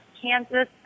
Kansas